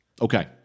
okay